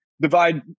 divide